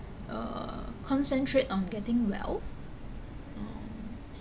uh concentrate on getting well um